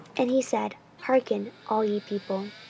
and he said, hearken, all ye people.